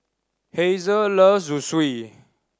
Hazle loves Zosui